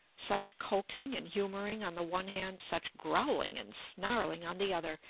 such coaxing and humouring on the one hand, such growling and snarling on the other,